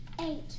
Eight